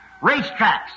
racetracks